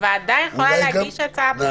הוועדה יכולה להגיש הצעת חוק.